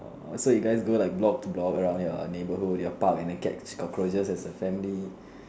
orh so you guys go like block to block around your neighbourhood your park and then catch cockroaches as a family